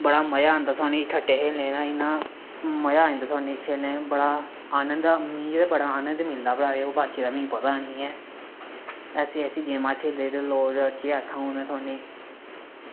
बड़ा मज़ा आंदा सानू इकट्ठे खेलने दा मज़ा आई जंदा सानू खेलने दा बड़ा आनंद मिगी ते बड़ा आनंद मिलदा भला ओह् बाकियें दा मिगी पता नी ऐ ऐसी ऐसी गेमां खेलदे इद्धर लोग ते केह् आक्खां में हून तुनेंगी